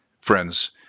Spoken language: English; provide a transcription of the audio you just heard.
Friends